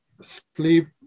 sleep